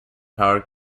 power